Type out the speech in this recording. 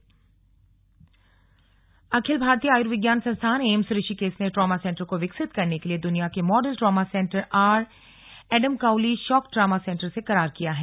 slug trauma centre अखिल भारतीय आयुर्विज्ञान संस्थान एम्स ऋषिकेश ने ट्रॉमा सेन्टर को विकसित करने के लिए द्वनिया के model trauma centre R Adams Cowley shock trauma centre से करार किया है